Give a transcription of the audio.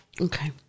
Okay